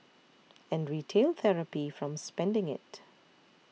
and retail therapy from spending it